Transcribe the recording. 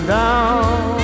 down